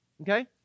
okay